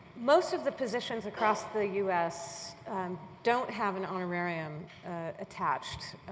most of the positions across the us don't have an honorarium attached,